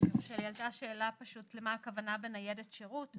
השאלה פשוט למה הכוונה בניידת שירות.